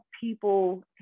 people